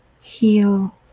heal